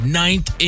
ninth